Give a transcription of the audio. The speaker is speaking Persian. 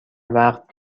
وقت